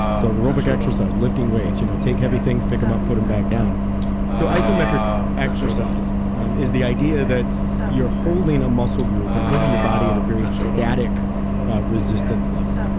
so aerobic exercise lifting weights, you know take heavy things, pick them up, put them back down so isometric exercise is the idea that you're holding a muscle group and holding your body at a very static resistance level.